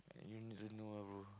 you don't know ah bro